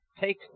take